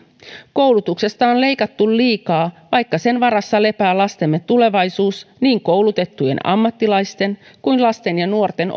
koulutuksesta on leikattu liikaa vaikka sen varassa lepää lastemme tulevaisuus niin koulutettujen ammattilaisten kuin lasten ja nuorten